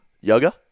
Yoga